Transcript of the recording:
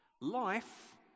Life